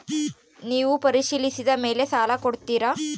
ನೇವು ಪರಿಶೇಲಿಸಿದ ಮೇಲೆ ಸಾಲ ಕೊಡ್ತೇರಾ?